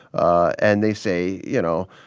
and they say, you know